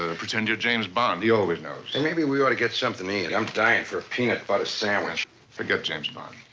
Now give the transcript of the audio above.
ah pretend you're james bond. he always knows. hey, maybe we ought to get something to eat. i'm dying for a peanut butter sandwich. forget james bond.